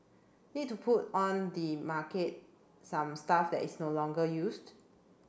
need to put on the market some stuff that is no longer used